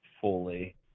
fully